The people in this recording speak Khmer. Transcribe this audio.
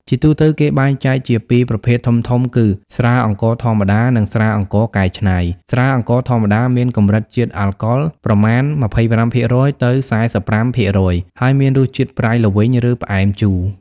ជាទូទៅ គេបែងចែកជាពីរប្រភេទធំៗគឺ ស្រាអង្ករធម្មតា និង ស្រាអង្ករកែច្នៃ។ ស្រាអង្ករធម្មតាមានកម្រិតជាតិអាល់កុលប្រមាណ ២៥% ទៅ ៤៥% ហើយមានរសជាតិប្រៃល្វីង ឬផ្អែមជូរ។